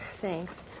Thanks